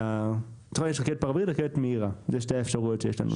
יש רכבת פרברית ורכבת מהירה; אלה שתי האפשרויות שיש לנו.